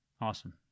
Awesome